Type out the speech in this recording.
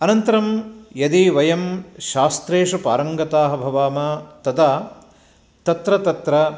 अनन्तरं यदि वयं शास्त्रेषु पारङ्गताः भवामः तदा तत्र तत्र